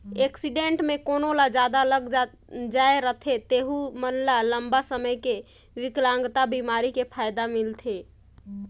accident मे कोनो ल जादा लग जाए रथे तेहू मन ल लंबा समे के बिकलांगता बीमा के फायदा मिलथे